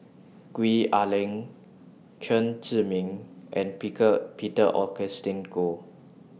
Gwee Ah Leng Chen Zhiming and Peter Augustine Goh